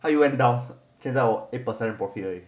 but 又 went down 现在我有 eight percent profit 而已